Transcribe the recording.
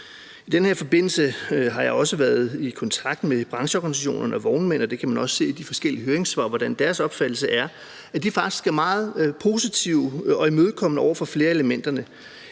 I den her forbindelse har jeg også været i kontakt med brancheorganisationerne og vognmænd, og man kan også se i de forskellige høringssvar, hvordan deres opfattelse er, og at de faktisk er meget positive og imødekommende over for flere af elementerne.